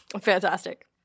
Fantastic